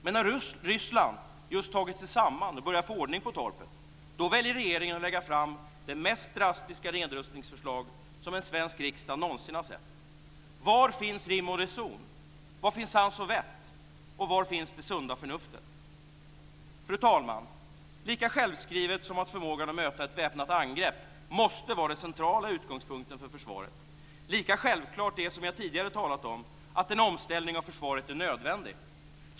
Men när Ryssland just tagit sig samman och börjar få ordning på torpet väljer regeringen att lägga fram det mest drastiska nedrustningsförslag som en svensk riksdag någonsin har sett. Var finns rim och reson? Var finns sans och vett? Och var finns det sunda förnuftet? Fru talman! Lika självskrivet som att förmågan att möta ett väpnat angrepp måste vara den centrala utgångspunkten för försvaret är det självklart, som jag tidigare talat om, att en omställning av försvaret är nödvändig.